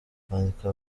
kwandika